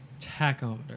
tachometer